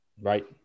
Right